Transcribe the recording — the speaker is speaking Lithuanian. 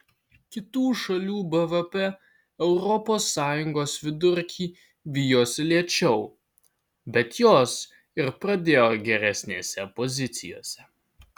kitų šalių bvp europos sąjungos vidurkį vijosi lėčiau bet jos ir pradėjo geresnėse pozicijose